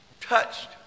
touched